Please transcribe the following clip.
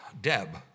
Deb